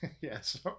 yes